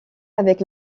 avec